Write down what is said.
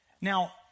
Now